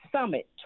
summit